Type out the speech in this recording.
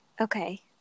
Okay